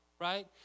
right